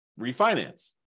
refinance